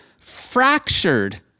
fractured